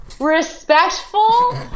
respectful